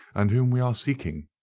and whom we are seeking.